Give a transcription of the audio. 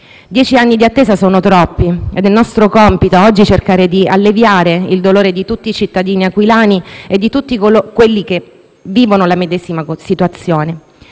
Dieci anni di attesa sono troppi ed è nostro compito oggi cercare di alleviare il dolore di tutti i cittadini aquilani e di tutti quelli che vivono la medesima situazione.